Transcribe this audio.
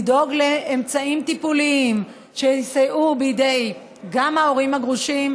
הכלים לדאוג לאמצעים טיפוליים שיסייעו גם בידי ההורים הגרושים,